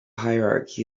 hierarchy